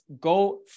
Go